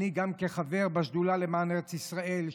גם אני כחבר בשדולה למען ארץ ישראל,